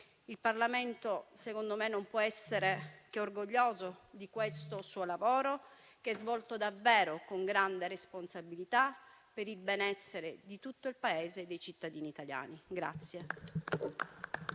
Il Parlamento, secondo me, non può che essere orgoglioso di questo suo lavoro, che è svolto davvero con grande responsabilità per il benessere di tutto il Paese e dei cittadini italiani.